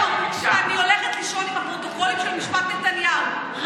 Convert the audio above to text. משפט נתניהו.